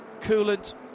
coolant